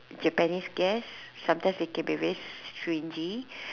Japanese guest sometimes they can be very stringy